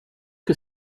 que